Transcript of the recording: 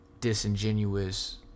disingenuous